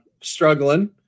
struggling